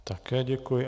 Také děkuji.